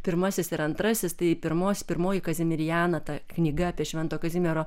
pirmasis ir antrasis tai pirmos pirmoji kazimirjena ta knyga apie švento kazimiero